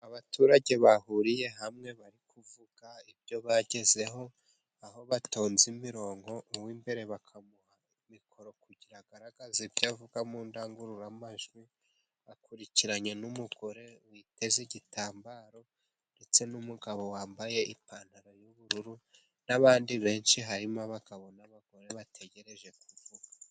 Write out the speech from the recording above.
Abaturage bahuriye hamwe bari kuvuga ibyo bagezeho, aho batonze imirongo, uw'imbere bakamuha mikoro kugira agaragaze ibyo avuga mu ndangururamajwi. Akurikiranye n'umugore witeze igitambaro ndetse n'umugabo wambaye ipantaro y'ubururu, n'abandi benshi. Harimo abagabo n'abagore bategereje kuvuga.